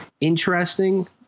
interesting